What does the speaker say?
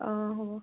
অঁ হ'ব